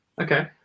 Okay